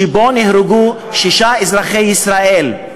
שבו נהרגו שישה אזרחי ישראל.